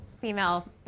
female